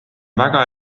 väga